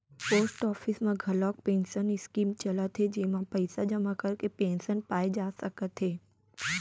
post office म घलोक pension scheme चलत हे जेमा पइसा जमा करके पेंसन पाए जा सकत हे